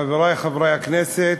חברי חברי הכנסת,